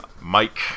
Mike